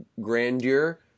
grandeur